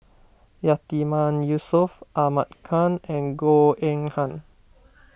Yatiman Yusof Ahmad Khan and Goh Eng Han